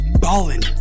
ballin